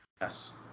Yes